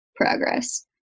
progress